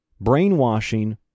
Brainwashing